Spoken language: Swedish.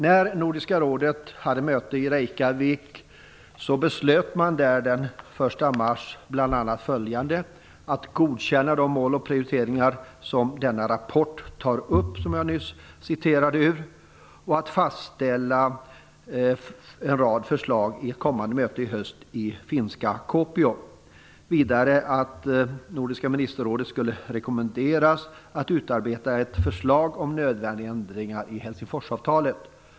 När Nordiska rådet hade möte i Reykjavik beslöt man där den 1 mars bl.a. följande: att godkänna de mål och prioriteringar som denna rapport tar upp, och som jag nyss återgav, samt att fastställa en rad förslag vid ett kommande möte i höst i finska Kuopio. Vidare skulle nordiska ministerrådet rekommenderas att utarbeta ett förslag om nödvändiga ändringar i Helsingforsavtalet.